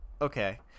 Okay